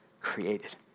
created